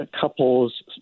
couples